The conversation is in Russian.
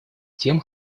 тем